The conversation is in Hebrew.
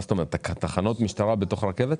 תחנות משטרה בתוך הרכבת?